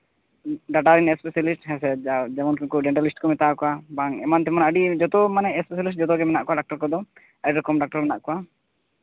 data ᱨᱮᱱ specialist ᱦᱮᱸ ᱥᱮ ᱡᱮᱢᱚᱱ ᱠᱤ ᱰᱮᱱᱴᱟᱞᱤᱥᱴ ᱠᱚ ᱢᱮᱛᱟᱣ ᱠᱚᱣᱟ ᱵᱟᱝ ᱮᱢᱟᱱ ᱛᱮᱢᱟᱱ ᱟᱹᱰᱤ ᱡᱚᱛᱚ ᱢᱟᱱᱮ ᱥᱯᱮᱥᱟᱞᱤᱥᱴ ᱡᱚᱛᱚᱜᱮ ᱢᱮᱱᱟᱜ ᱠᱚᱣᱟ ᱰᱟᱠᱛᱚᱨ ᱠᱚᱫᱚ ᱟᱹᱰᱤ ᱨᱚᱠᱚᱢ ᱰᱟᱠᱛᱟᱨ ᱢᱮᱱᱟᱜ ᱠᱚᱣᱟ